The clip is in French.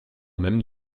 même